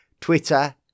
Twitter